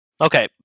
Okay